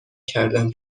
کردن